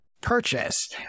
purchase